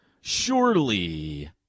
Surely